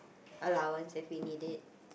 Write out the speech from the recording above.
allowance if we need it